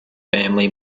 family